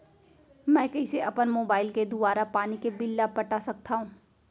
मैं कइसे अपन मोबाइल के दुवारा पानी के बिल ल पटा सकथव?